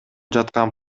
жаткан